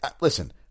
Listen